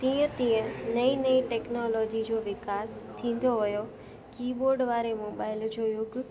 तीअं तीअं नईं नईं टेक्नोलॉजी जो विकास थींदो वियो की बोड वारे मोबाइल जो युग